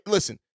Listen